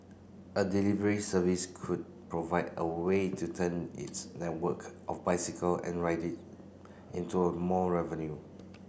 a delivery service could provide a way to turn its network of bicycle and rider into a more revenue